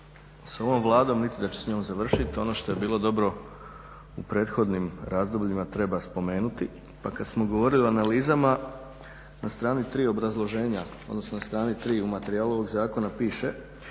sa ovom Vladom niti da će s njom završiti. Ono što je bilo dobro u prethodnim razdobljima treba spomenuti pa kada smo govorili o analizama, na strani 3 obrazloženja, odnosno na strani 3 u materijalu ovog zakona piše,